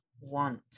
want